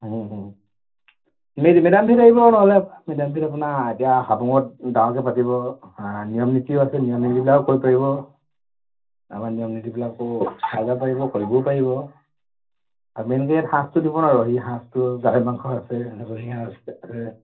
মেদামমেফিত আহিব নহ'লে মেদামমেফিত আপোনাৰ এতিয়া হাবুঙত ডাঙৰকে পাতিব নিয়ম নীতিও আছে নিয়ম নীতিবিলাক কৰিব পাৰিব আমাৰ নিয়ম নীতিবিলাকো চাই যাব পাৰিব কৰিবও পাৰিব আৰু মেইনকে গাহৰি মাংস আছে